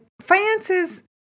finances